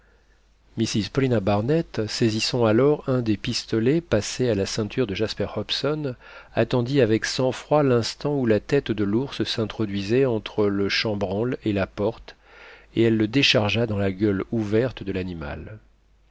mrs paulina barnett saisissant alors un des pistolets passés à la ceinture de jasper hobson attendit avec sang-froid l'instant où la tête de l'ours s'introduisait entre le chambranle et la porte et elle le déchargea dans la gueule ouverte de l'animal